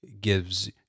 gives